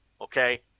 okay